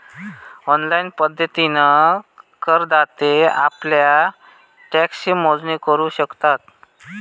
online पद्धतीन करदाते आप्ल्या टॅक्सची मोजणी करू शकतत